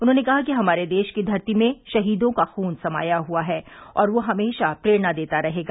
उन्होंने कहा कि हमारे देश की धरती में शहीदों का खुन समाया हुआ है और वह हमें हमेशा प्रेरणा देता रहेगा